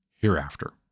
hereafter